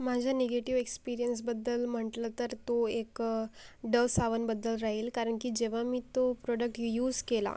माझा निगेटिव एक्स्पिरियन्सबद्दल म्हटलं तर तो एक डव साबणाबद्दल राहील कारण की जेव्हा मी तो प्रोडक्ट यूस केला